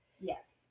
Yes